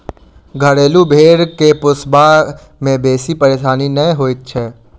घरेलू भेंड़ के पोसबा मे बेसी परेशानी नै होइत छै